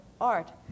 art